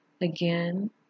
Again